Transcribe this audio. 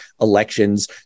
elections